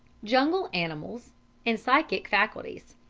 jungle animals and psychic faculties